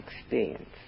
experience